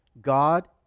God